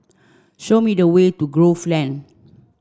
show me the way to Grove Lane